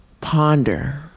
ponder